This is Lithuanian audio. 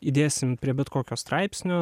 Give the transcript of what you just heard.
įdėsim prie bet kokio straipsnio